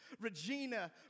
Regina